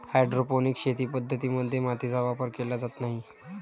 hydroponic शेती पद्धतीं मध्ये मातीचा वापर केला जात नाही